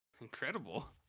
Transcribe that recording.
Incredible